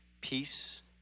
peace